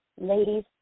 Ladies